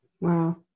wow